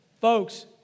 folks